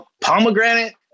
pomegranate